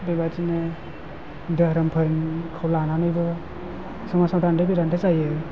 बेबादिनो दोहोरोमफोरखौ लानानैबो समाजाव दान्थे बिदान्थे जायो